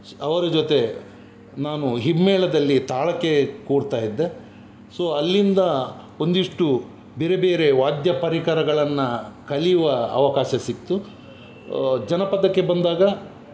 ಶ್ ಅವರ ಜೊತೆ ನಾನು ಹಿಮ್ಮೇಳದಲ್ಲಿ ತಾಳಕ್ಕೆ ಕೂರ್ತಾಯಿದ್ದೆ ಸೊ ಅಲ್ಲಿಂದ ಒಂದಿಷ್ಟು ಬೇರೆ ಬೇರೆ ವಾದ್ಯ ಪರಿಕರಗಳನ್ನು ಕಲಿಯುವ ಅವಕಾಶ ಸಿಕ್ಕಿತು ಜನಪದಕ್ಕೆ ಬಂದಾಗ